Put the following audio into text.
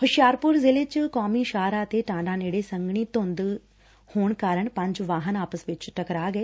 ਹੁਸ਼ਿਆਰਪੁਰ ਜਿਲੇ 'ਚ ਕੌਮੀ ਸ਼ਾਹ ਰਾਹ ਤੇ ਟਾਂਡਾ ਨੇੜੇ ਸੰਘਣੀ ਧੁੰਦ ਹੋਣ ਕਾਰਨ ਪੰਜ ਵਾਹਨ ਆਪਸ ਵਿਚ ਟਕਰਾ ਗਏ